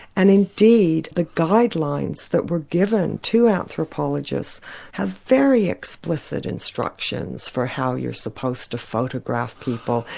and indeed the guidelines that were given to anthropologists have very explicit instructions for how you're supposed to photograph people,